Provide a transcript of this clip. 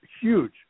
huge